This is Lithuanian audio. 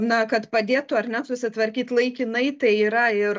na kad padėtų ar ne susitvarkyt laikinai tai yra ir